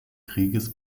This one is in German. krieges